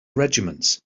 regiments